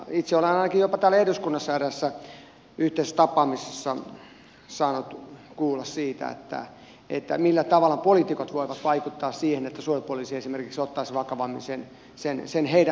itse olen jopa täällä eduskunnassa eräässä yhteisessä tapaamisessa saanut kuulla siitä millä tavalla poliitikot voivat vaikuttaa siihen että suojelupoliisi ottaisi vakavammin esimerkiksi sen heidän huolensa